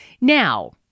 now